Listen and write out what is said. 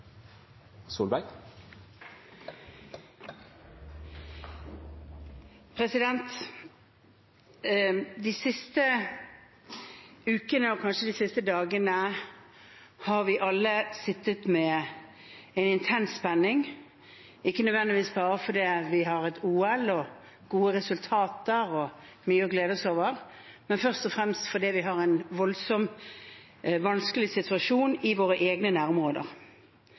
De siste ukene, og kanskje de siste dagene, har vi alle sittet med en intens spenning, ikke nødvendigvis bare fordi vi har et OL, gode resultater og mye å glede seg over, men først og fremst fordi vi har en voldsom, vanskelig situasjon i våre egne nærområder,